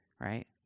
right